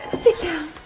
sit down.